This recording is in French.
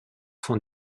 font